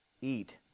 eat